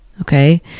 Okay